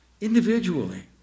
individually